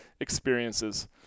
experiences